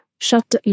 shut